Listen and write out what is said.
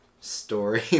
story